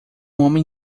homem